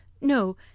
no